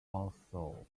also